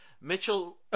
mitchell